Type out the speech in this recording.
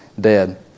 dead